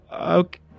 okay